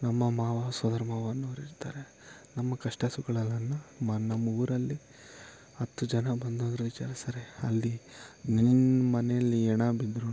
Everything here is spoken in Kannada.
ನಮ್ಮ ಮಾವ ಸೋದರಮಾವ ಅನ್ನೋರಿರ್ತಾರೆ ನಮ್ಮ ಕಷ್ಟ ಸುಗಲ್ಲಳನ್ನ ಮ ನಮ್ಮ ಊರಲ್ಲಿ ಹತ್ತು ಜನ ಬಂದೋರು ವಿಚಾರಿಸ್ತಾರೆ ಅಲ್ಲಿ ನಿಮ್ಮ ಮನೆಯಲ್ಲಿ ಹೆಣ ಬಿದ್ರು